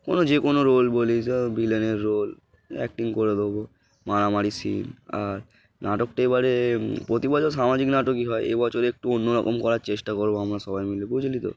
কোনো যে কোনো রোল বলি যে ভিলেনের রোল অ্যাক্টিং করে দেবো মারামারি সিন আর নাটকটা এবারে প্রতি বছর সামাজিক নাটকই হয় এবছরে একটু অন্য রকম করার চেষ্টা করবো আমরা সবাই মিলে বুঝলি তো